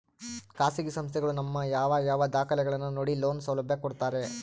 ಖಾಸಗಿ ಸಂಸ್ಥೆಗಳು ನಮ್ಮ ಯಾವ ಯಾವ ದಾಖಲೆಗಳನ್ನು ನೋಡಿ ಲೋನ್ ಸೌಲಭ್ಯ ಕೊಡ್ತಾರೆ?